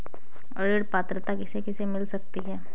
ऋण पात्रता किसे किसे मिल सकती है?